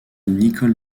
nicol